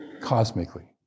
cosmically